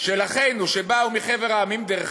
של אחינו שבאו מחבר-המדינות,